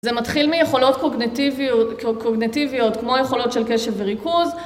זה מתחיל מיכולות קוגנטיביות, קוגנטיביות, כמו יכולות של קשב וריכוז